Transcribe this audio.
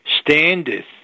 standeth